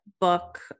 book